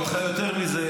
אני אגיד לך יותר מזה,